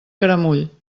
caramull